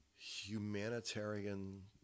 humanitarian